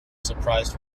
surprised